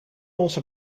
onze